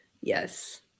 Yes